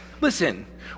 listen